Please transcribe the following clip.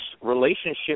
relationship